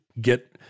get